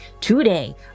today